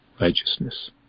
Righteousness